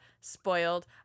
spoiled